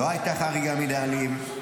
ולא הייתה חריגה מנהלים.